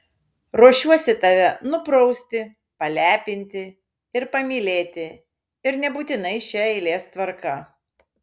ruošiuosi tave nuprausti palepinti ir pamylėti ir nebūtinai šia eilės tvarka